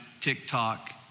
TikTok